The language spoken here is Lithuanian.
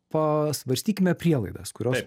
pasvarstykime prielaidas kurios